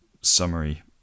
summary